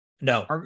No